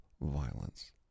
violence